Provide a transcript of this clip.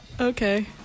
Okay